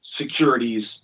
securities